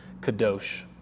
kadosh